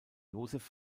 joseph